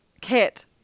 kit